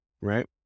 Right